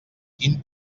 quin